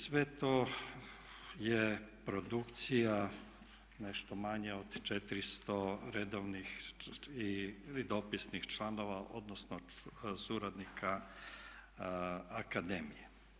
Sve to je produkcija nešto manje od 400 redovnih ili dopisnih članova, odnosno suradnika akademije.